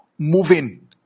moving